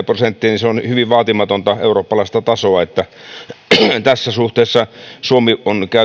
prosenttia on hyvin vaatimatonta eurooppalaista tasoa tässä suhteessa suomi on